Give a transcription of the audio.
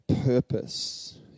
purpose